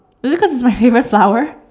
is it cause it's my favorite flower